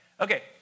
Okay